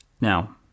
Now